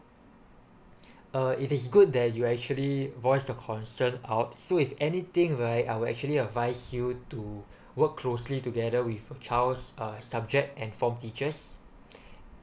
uh it is good that you actually voice the concern out so if anything right I'll actually advice you to work closely together with child uh subject and form teachers